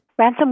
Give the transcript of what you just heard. Ransomware